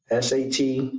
SAT